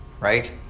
right